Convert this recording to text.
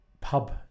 pub